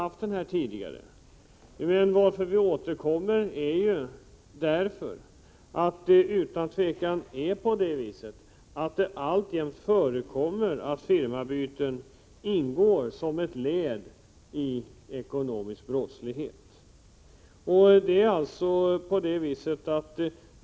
Anledningen till att vi återkommer är att det utan tvivel förekommer firmanamnsbyten som ingår som ett led i en planerad ekonomisk brottslighet.